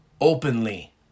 Openly